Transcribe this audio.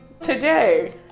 today